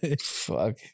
Fuck